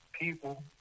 people